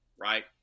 right